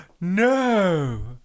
no